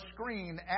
screen